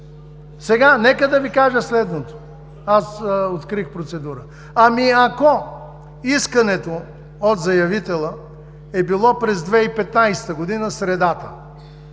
нея? Нека да Ви кажа следното – открих процедурата. Ако искането от заявителя е било през 2015 г. средата,